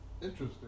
Interesting